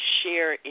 share